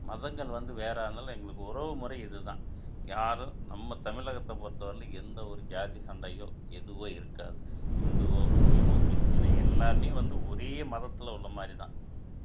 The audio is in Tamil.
மதங்கள் வந்து வேறு ஆனாலும் எங்களுக்கு உறவு முறை இதுதான் யாரும் நம்ம தமிழகத்த பொறுத்த வரைலியும் எந்த ஒரு ஜாதி சண்டையோ எதுவோ இருக்காது இந்துவோ முஸ்லீமோ கிறிஸ்டினோ எல்லோருமே வந்து ஒரே மதத்தில் உள்ள மாதிரி தான்